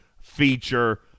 feature